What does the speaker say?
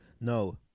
no